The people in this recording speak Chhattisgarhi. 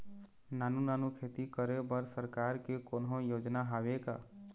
नानू नानू खेती करे बर सरकार के कोन्हो योजना हावे का?